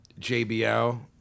JBL